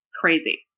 crazy